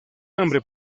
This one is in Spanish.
hambre